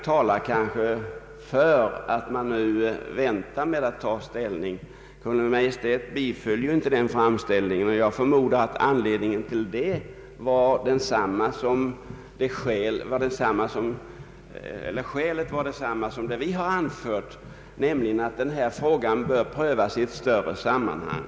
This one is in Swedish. Kungl. Maj:t biföll emellertid inte den framställningen. Den omständigheten gör att det nu kan finnas anledning att vänta med ett ställningstagande. Jag förmodar att skälet för Kungl. Maj:ts avslag var detsamma som det utskottsmajoriteten har anfört, nämligen att denna fråga bör prövas i ett större sammanhang.